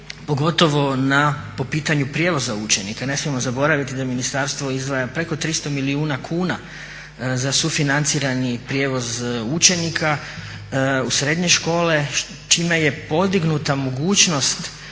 pogotovo po pitanju prijevoza učenika. Ne smijemo zaboraviti da ministarstvo izdvaja preko 300 milijuna kuna za sufinancirani prijevoz učenika u srednje škole čime je podignuta mogućnost